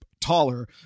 taller